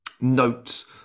notes